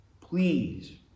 Please